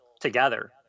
together